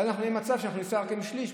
ואז נהיה במצב שאנחנו ניסע רק עם שליש,